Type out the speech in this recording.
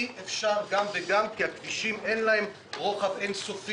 אי אפשר גם וגם כי לכבישים אין רוחב אינסופי.